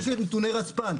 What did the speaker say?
יש לי נתוני רספ"ן.